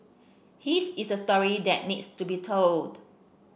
his is a story that needs to be told